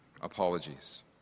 apologies